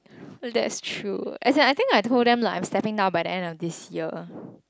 well that's true I think I think I told them lah I setting down by end of this year